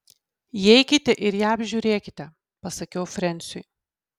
įeikite ir ją apžiūrėkite pasakiau frensiui